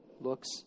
looks